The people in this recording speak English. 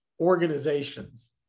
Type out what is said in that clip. organizations